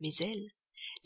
mais elle